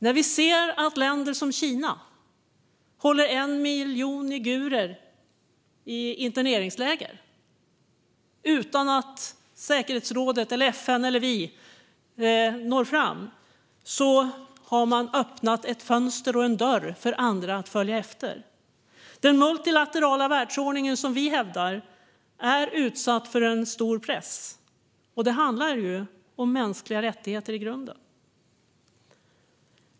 När Kina håller 1 miljon uigurer i interneringsläger utan att säkerhetsrådet, FN eller vi når fram har man öppnat ett fönster och en dörr för andra att följa efter. Den multilaterala världsordningen, som vi hävdar, är utsatt för stor press. Det handlar i grunden om mänskliga rättigheter.